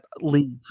leave